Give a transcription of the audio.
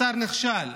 השר נכשל.